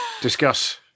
discuss